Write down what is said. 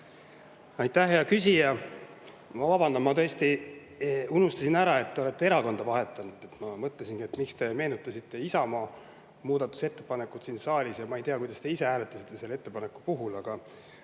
Aitäh, hea küsija! Ma vabandan, ma tõesti unustasin ära, et te olete erakonda vahetanud. Ma mõtlesin, miks te meenutasite Isamaa muudatusettepanekut siin saalis. Ma ei tea, kuidas te ise hääletasite selle ettepaneku puhul, aga